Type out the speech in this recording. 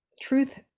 truth